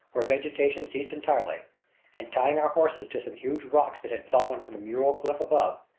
where vegetation ceased entirely and, tying our horses to some huge rocks that had fallen from the mural cliff above,